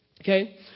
Okay